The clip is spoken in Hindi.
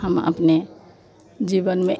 हम अपने जिवन में